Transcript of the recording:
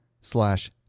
slash